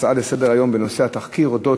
ההצעות לסדר-היום בנושא: התחקיר על אודות